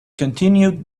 continued